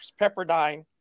Pepperdine